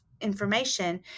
information